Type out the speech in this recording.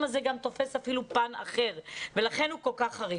הזה גם תופס אפילו פן אחר ולכן הוא כל כך חריף.